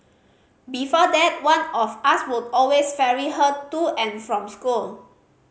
before that one of us would always ferry her to and from school